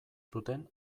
zuten